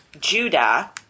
Judah